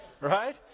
Right